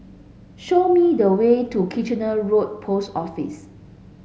show me the way to Kitchener Road Post Office